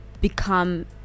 become